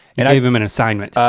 and i gave him an assignment.